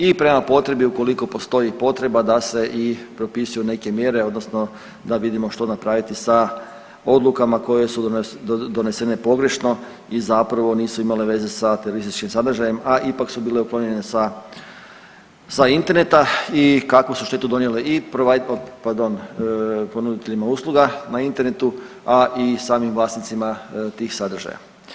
I prema potrebi ukoliko postoji potreba da se i propisuju neke mjere, odnosno da vidimo što napraviti sa odlukama koje su donesene pogrešno i zapravo nisu imale veze sa terorističkim sadržajem, a ipak su bile uklonjene sa interneta i kakvu su štetu donijele i ponuditeljima usluga na internetu, a i samim vlasnicima tih sadržaja.